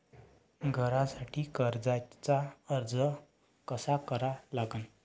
घरासाठी कर्जाचा अर्ज कसा करा लागन?